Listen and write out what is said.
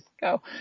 go